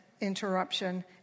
interruption